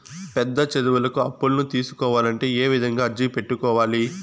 పెద్ద చదువులకు అప్పులను తీసుకోవాలంటే ఏ విధంగా అర్జీ పెట్టుకోవాలి?